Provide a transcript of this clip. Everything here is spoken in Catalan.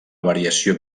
variació